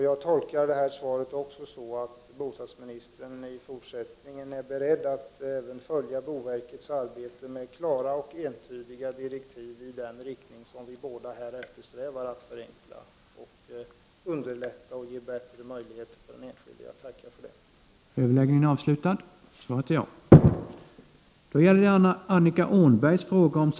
Jag tolkar också svaret som att bostadsministern även i fortsättningen är beredd att följa boverkets arbete och ge klara och entydiga direktiv iden riktning som vi båda eftersträvar, nämligen att förenkla, underlätta och = Prot. 1989/90:30 ge bättre möjligheter för den enskilde. Jag tackar för det. 21 november 1989